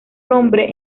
nombre